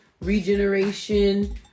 regeneration